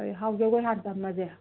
ꯍꯣꯏ ꯍꯥꯎ ꯖꯒꯣꯏ ꯍꯥꯟꯅ ꯇꯝꯃꯁꯦ